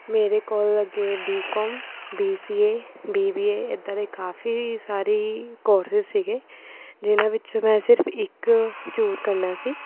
ਮੇਰੇ ਕੋਲ ਅੱਗੇ B com B C A B B A ਇੱਦਾਂ ਦੇ ਕਾਫ਼ੀ ਸਾਰੇ ਕੋਰਸਿਸ ਸੀਗੇ ਜਿੰਨਾਂ ਵਿਚ ਮੈਂ ਸਿਰਫ਼ ਇੱਕ ਚੂਜ਼ ਕਰਨਾ ਸੀ